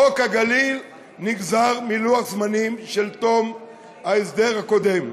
חוק הגליל נגזר מלוח זמנים של תום ההסדר הקודם,